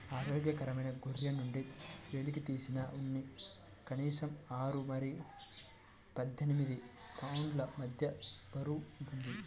ఆరోగ్యకరమైన గొర్రె నుండి వెలికితీసిన ఉన్ని కనీసం ఆరు మరియు పద్దెనిమిది పౌండ్ల మధ్య బరువు ఉంటుంది